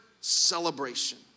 celebration